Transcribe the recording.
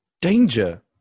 Danger